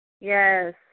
Yes